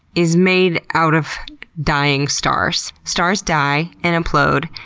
is made out of dying stars. stars die and implode,